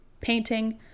painting